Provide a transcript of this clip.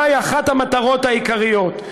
מהי אחת המטרות העיקריות?